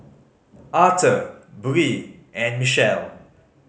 Arthor Bree and Michele